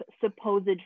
supposed